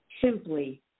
Simply